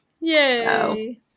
Yay